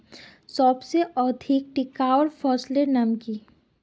सबसे अधिक टिकाऊ फसलेर नाम की?